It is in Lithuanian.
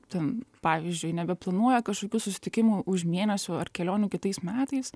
ten pavyzdžiui nebeplanuoja kažkokių susitikimų už mėnesio ar kelionių kitais metais